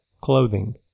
clothing